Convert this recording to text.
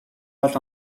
бол